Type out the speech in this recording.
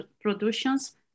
productions